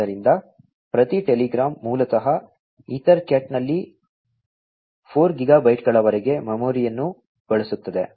ಆದ್ದರಿಂದ ಪ್ರತಿ ಟೆಲಿಗ್ರಾಮ್ ಮೂಲತಃ ಈಥರ್ಕ್ಯಾಟ್ನಲ್ಲಿ 4 ಗಿಗಾಬೈಟ್ಗಳವರೆಗೆ ಮೆಮೊರಿಯನ್ನು ಬಳಸುತ್ತದೆ